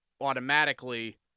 automatically